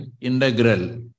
integral